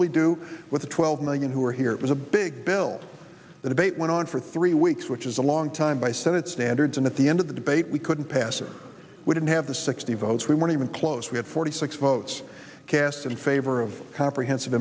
we do with the twelve million who are here it was a big bill the debate went on for three weeks which is a long time by senate standards and at the end of the debate we couldn't pass it we didn't have the sixty votes we weren't even close we had forty six votes cast in favor of comprehensive